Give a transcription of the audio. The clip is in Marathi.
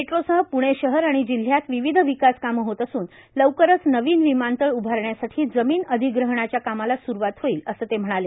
मेट्रोसह प्णे शहर आणि जिल्ह्यात विविध विकास कामं होत असून लवकरच नवीन विमानतळ उभारण्यासाठी जमीन अधिग्रहाणाच्या कामाला स्रूवात होईल असं ते म्हणाले